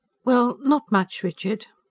well, not much, richard.